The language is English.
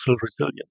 resilience